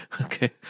Okay